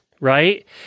right